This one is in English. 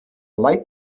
light